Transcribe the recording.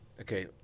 Okay